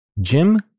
Jim